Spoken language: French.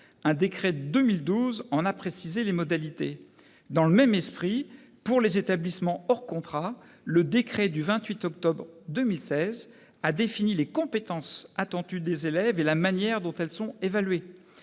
Un décret de 2012 en a précisé les modalités. Dans le même esprit, pour les établissements hors contrat, le décret du 28 octobre 2016 a défini les compétences attendues des élèves et la manière dont elles sont évaluées.